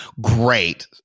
Great